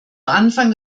anfang